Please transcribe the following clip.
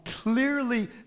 clearly